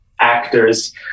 actors